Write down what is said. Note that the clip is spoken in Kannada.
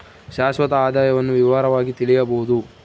ಶಾಶ್ವತ ಆದಾಯವನ್ನು ವಿವರವಾಗಿ ತಿಳಿಯಬೊದು